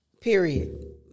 Period